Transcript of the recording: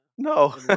No